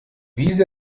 wiese